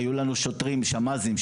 היו לנו שוטרים שמ"זים,